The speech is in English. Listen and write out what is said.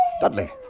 Dudley